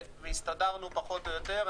והסתדרנו פחות או יותר.